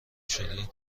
شدی